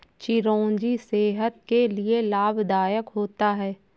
चिरौंजी सेहत के लिए लाभदायक होता है